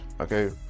okay